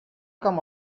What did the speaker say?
com